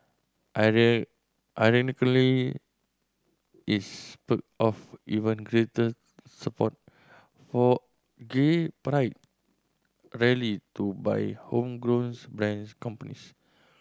iron ironically is off even greater support for gay pride rally to by homegrown brands companies